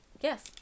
Yes